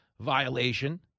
violation